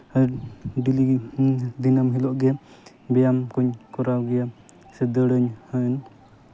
ᱟᱨ ᱰᱮᱞᱤᱜᱮ ᱦᱮᱸ ᱫᱤᱱᱟᱹᱢ ᱦᱤᱞᱳᱜ ᱜᱮ ᱵᱮᱭᱟᱢ ᱠᱚᱧ ᱠᱚᱨᱟᱣ ᱜᱮᱭᱟ ᱥᱮ ᱫᱟᱹᱲᱟᱹᱧ ᱦᱮᱸ